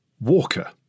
Walker